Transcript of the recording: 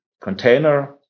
container